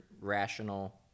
rational